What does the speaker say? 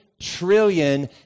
trillion